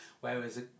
Whereas